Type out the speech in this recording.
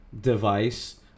device